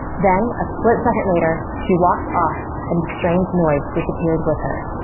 then, a split second later, she walked off and the strange noise disappeared with her,